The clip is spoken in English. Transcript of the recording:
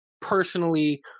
personally